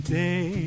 day